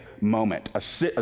moment